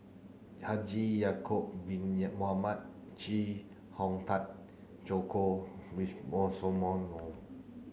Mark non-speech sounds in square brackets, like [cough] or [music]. Haji Ya'acob bin [unintelligible] Mohamed Chee Hong Tat Joko [unintelligible]